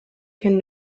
can